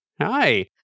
Hi